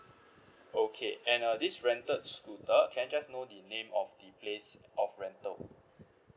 okay and uh this rented scooter can I just know the name of the place of rental